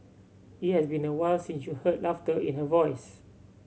it has been awhile since you heard laughter in her voice